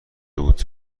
بود